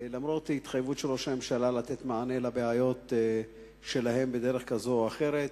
למרות התחייבות של ראש הממשלה לתת מענה לבעיות שלהם בדרך זו או אחרת,